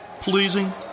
pleasing